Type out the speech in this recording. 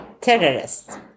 terrorists